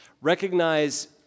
Recognize